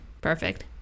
Perfect